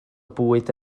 bwyd